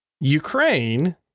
Ukraine